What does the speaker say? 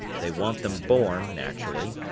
they want them born, naturally,